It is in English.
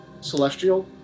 Celestial